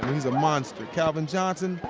he's a monster. calvin johnson,